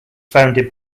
founded